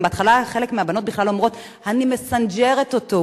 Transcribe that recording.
בהתחלה חלק מהבנות בכלל אומרות: אני מסנג'רת אותו,